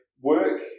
work